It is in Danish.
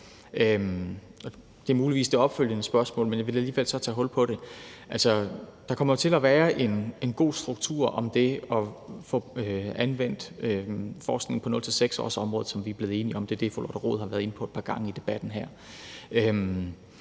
Det bliver muligvis det opfølgende spørgsmål, men jeg vil lige tage hul på det. Altså, der kommer til at være en god struktur om det at få anvendt forskning på 0-6-årsområdet, som vi er blevet enige om. Det er det, som fru Lotte Rod har været inde på et par gange i debatten her.